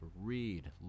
read